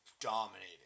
dominating